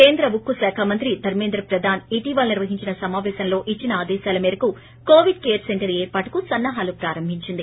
కేంద్ర ఉక్కు శాఖ మంత్రి ధర్మేంధ్ర ప్రధాన్ ఇటీవల నిర్వహించిన సమావేశంలో ఇచ్చిన ఆదేశాల మేరకు కోవిడ్ కేర్ సెంటర్ ఏర్పాటుకు సన్నా హాలు ప్రారంభించింది